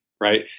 right